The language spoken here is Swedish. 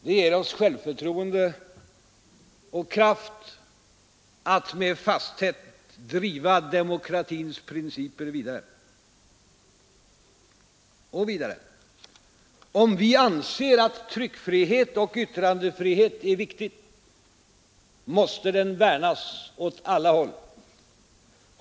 Det ger oss självförtroende och kraft att med fasthet driva demokratins principer vidare. Och vidare: Om vi anser att tryckfrihet och yttrandefrihet är viktiga, måste de värnas åt alla håll.